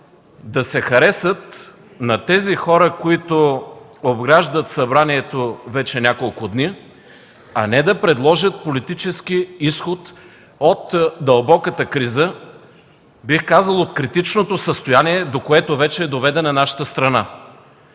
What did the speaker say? да се харесат на тези хора, които обграждат събранието вече няколко дни, а не да предложат политически изход от дълбоката криза, бих казал, от критичното състояние, до което вече е доведена нашата страна.